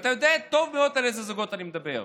ואתה יודע טוב מאוד על איזה זוגות אני מדבר,